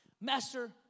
Master